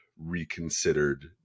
Reconsidered